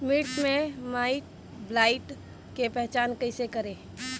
मिर्च मे माईटब्लाइट के पहचान कैसे करे?